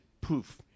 poof